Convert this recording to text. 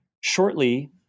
Shortly